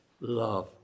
love